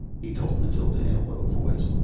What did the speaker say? he told mathild in a low voice.